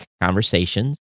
conversations